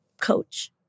coach